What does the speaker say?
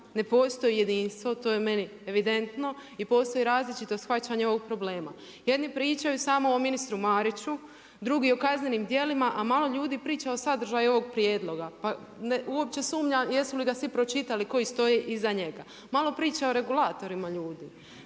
ne postoji jedinstvo, to je meni evidentno i postoji različito shvaćanje ovog problema. Jedni pričaju damo o ministru Mariću, drugi o kaznenim djelima a malo ljudi priča o sadržaju ovog prijedloga. Pa uopće sumnjam jesu li ga svi pročitali koji stoje iza njega. Malo priča o regulatorima ljudi.